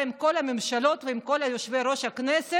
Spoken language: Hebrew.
עם כל הממשלות ועם כל יושבי-ראש הכנסת,